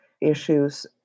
issues